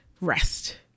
rest